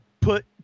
put